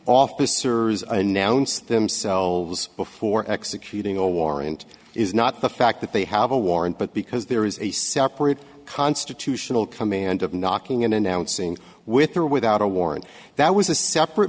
officers announce themselves before executing a warrant is not the fact that they have a warrant but because there is a separate constitutional command of knocking and announcing with or without a warrant that was a separate